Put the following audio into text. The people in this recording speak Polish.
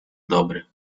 dobry